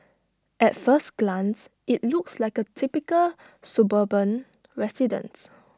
at first glance IT looks like A typical suburban residence